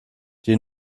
die